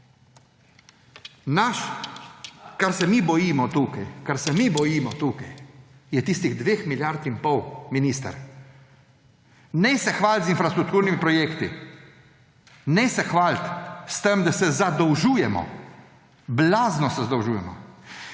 na proračun. Naš, kar se mi bojimo tukaj, je tistih dve milijardi in pol, minister. Ne se hvaliti z infrastrukturnimi projekti, ne se hvaliti s tem, da se zadolžujemo, blazno se zadolžujemo.